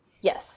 Yes